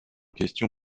question